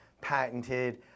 patented